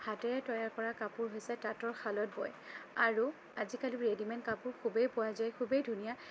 হাতেৰে তৈয়াৰ কৰা কাপোৰ হৈছে তাতৰ শালত বয় আৰু আজিকালি ৰেডিমেড কাপোৰ খুবেই পোৱা যায় খুবেই ধুনীয়া